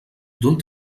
dont